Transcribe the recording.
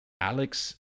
Alex